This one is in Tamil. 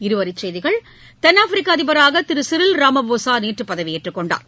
இருவரிச்செய்திகள் தென்னாப்பிரிக்க அதிபராக திரு சிரில் ராமபோசா நேற்று பதவியேற்றுக் கொண்டார்